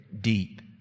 deep